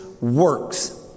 works